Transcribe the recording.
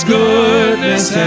goodness